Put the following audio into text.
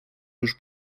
już